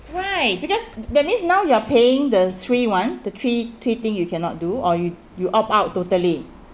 why because that means now you are paying the three one the three three thing you cannot do or you you opt out totally